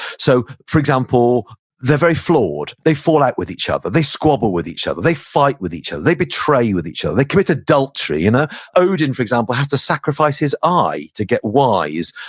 so for example, they're very flawed. they fall out with each other. they squabble with each other. they fight with each other. they betray you with each other. they commit adultery. you know odin, for example, has to sacrifice his eye to get wise.